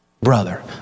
Brother